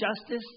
justice